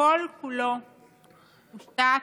שכל-כולו הושתת,